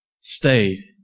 stayed